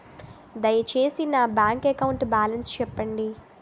దయచేసి నా bank account balance చెప్పండి